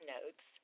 Notes